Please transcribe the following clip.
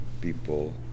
people